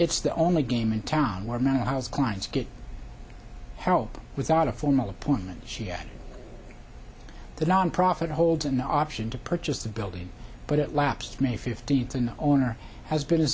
it's the only game in town where monohulls clients get help without a formal appointment she had the nonprofit hold an option to purchase the building but it lapsed may fifteenth when the owner has been